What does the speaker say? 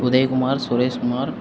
Udhayakumar Sureshkumar